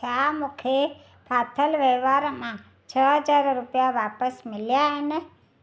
छा मूंखे फाथल वहिंवार मां छह हज़ार रुपिया वापसि मिलिया आहिनि